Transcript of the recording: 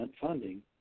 funding